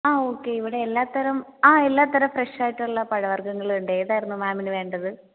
ആ ഓക്കേ ഇവിടെ എല്ലാത്തരം ആ എല്ലാത്തരം ഫ്രെഷ് ആയിട്ടുള്ള പഴവർഗ്ഗങ്ങൾ ഉണ്ട് ഏതായിരുന്നു മാമിന് വേണ്ടത്